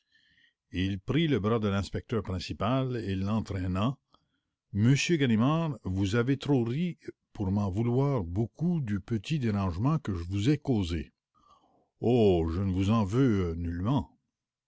il prit le bras de l'inspecteur principal et l'entraînant monsieur ganimard vous avez trop ri pour m'en vouloir beaucoup du petit dérangement que je vous ai causé